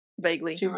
vaguely